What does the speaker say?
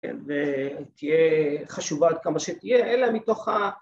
‫והיא תהיה חשובה עד כמה שתהיה, ‫אלא מתוך ה...